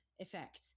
effect